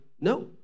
no